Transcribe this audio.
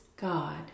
God